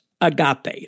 agape